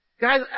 Guys